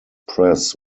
press